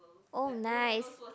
oh nice